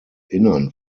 innern